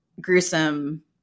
gruesome